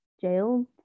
Jail